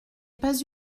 pas